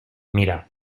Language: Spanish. mira